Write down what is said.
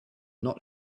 not